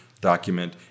document